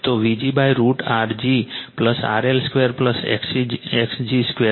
તે Vg√R g RL 2 x g 2 છે